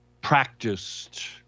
Practiced